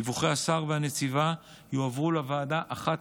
דיווחי השר והנציבה יועברו לוועדה אחת